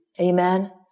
Amen